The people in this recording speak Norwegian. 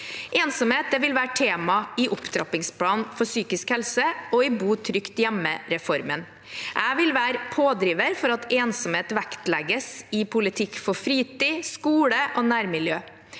Ensomhet vil være tema i opptrappingsplanen for psykisk helse og i bo trygt hjemme-reformen. Jeg vil være pådriver for at ensomhet vektlegges i politikk for fritid, skole og nærmiljø.